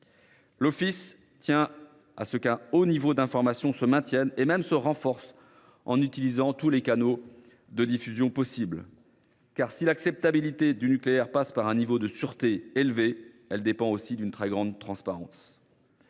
L’Office tient à ce qu’un haut niveau d’information se maintienne, voire se renforce, grâce à l’utilisation de tous les canaux de diffusion possibles. Car, si l’acceptabilité du nucléaire passe par un niveau de sûreté élevé, elle dépend aussi d’une très grande transparence.